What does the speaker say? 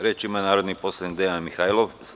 Reč ima narodni poslanik Dejan Mihajlov.